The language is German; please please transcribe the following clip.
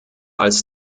als